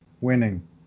winning